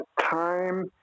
time